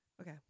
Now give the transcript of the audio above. Okay